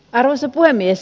arvoisa puhemies